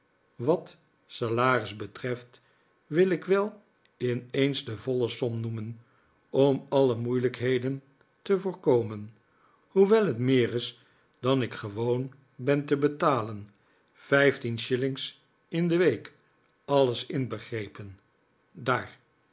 wat salaris betreft wil ik wel in eens de voile som noemen om alle moeilijkheden te voorkomen hoewel het meer is dan ik gewoon ben te betalen vijftien shillings in de week alles inbegrepen daar